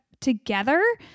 together